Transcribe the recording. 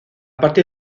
partir